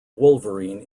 wolverine